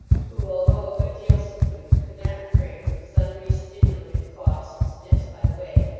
who, although a good deal subdued, could not refrain from sundry stimulative coughs and sniffs by the way,